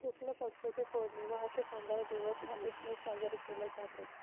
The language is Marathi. शुक्ल पक्ष ते पौर्णिमा असे पंधरा दिवस हा उत्सव साजरा केला जातो